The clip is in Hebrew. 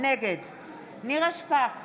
נגד נירה שפק,